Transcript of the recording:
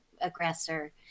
aggressor